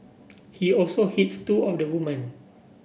he also hits two of the woman